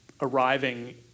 arriving